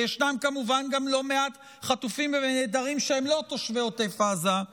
וישנם כמובן גם לא מעט חטופים ונעדרים שהם לא תושבי עוטף עזה,